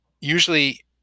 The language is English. usually